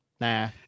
Nah